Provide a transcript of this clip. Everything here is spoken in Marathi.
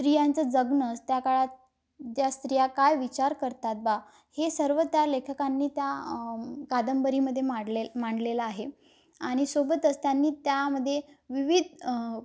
स्त्रियांचं जगणं स त्या काळात ज स्त्रिया काय विचार करतात बा हे सर्व त्या लेखकांनी त्या कादंबरीमध्ये माडले मांडलेलं आहे आणि सोबत असतानी त्यामध्ये विविध